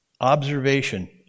observation